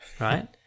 right